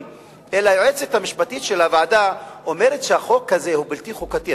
היועצת המשפטי של הוועדה אומרת שהחוק הזה הוא בלתי חוקתי,